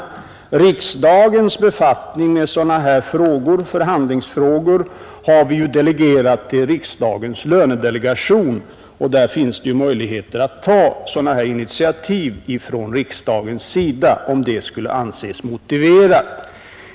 Riksdagens befattning med sådana här förhandlingsfrågor har vi ju delegerat till riksdagens lönedelegation, och där finns det möjligheter att ta initiativ i detta avseende, om det skulle anses motiverat.